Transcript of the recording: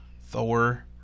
Thor